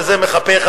וזה מחפה,